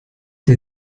der